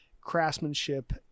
craftsmanship